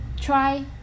try